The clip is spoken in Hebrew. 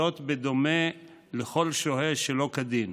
בדומה לכל שוהה שלא כדין,